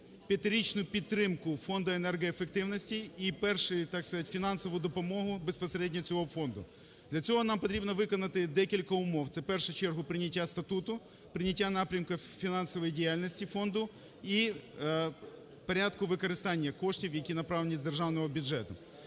п'ятирічну підтримку Фонду енергоефективності і першу фінансову допомогу безпосередньо цього фонду. Для цього нам потрібно виконати декілька умов – це, в першу чергу, прийняття статуту, прийняття напрямків фінансової діяльності фонду і порядку використання коштів, які направлені з державного бюджету.